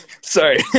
sorry